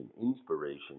inspiration